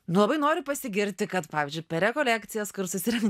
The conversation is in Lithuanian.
nu labai noriu pasigirti kad pavyzdžiui per rekolekcijas kur susirenka